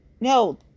No